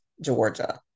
Georgia